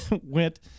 went